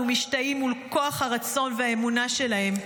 משתאים אל מול כוח הרצון והאמונה שלהם.